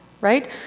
right